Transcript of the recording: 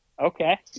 Okay